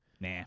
Nah